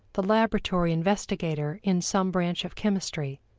the laboratory investigator in some branch of chemistry,